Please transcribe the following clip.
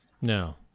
no